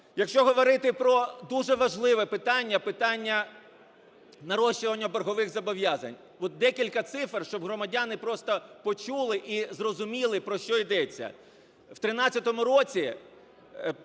Якщо говорити про дуже важливе питання – питання нарощування боргових зобов'язань, - от декілька цифр, щоб громадяни просто почули і зрозуміли, про що йдеться.